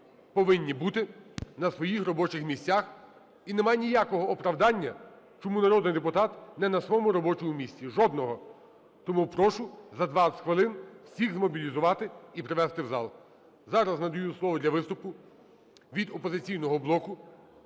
повинні бути на своїх робочих місцях. І немає ніякого оправдання, чому народний депутат не на своєму робочому місці, жодного. Тому прошу за 20 хвилин всіх змобілізувати і привести в зал. Зараз надаю слово для виступу від "Опозиційного блоку"